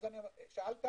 שאלת